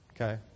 Okay